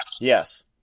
Yes